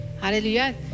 Hallelujah